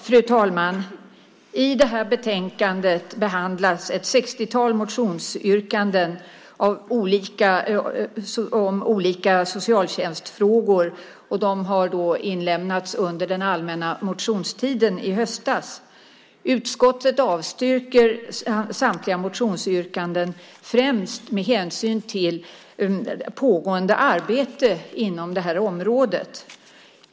Fru talman! I det här betänkandet behandlas ett 60-tal motionsyrkanden om olika socialtjänstfrågor. De har väckts under allmänna motionstiden i höstas. Utskottet avstyrker samtliga motionsyrkanden främst med hänsyn till pågående arbete inom området.